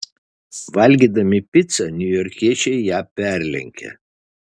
valgydami picą niujorkiečiai ją perlenkia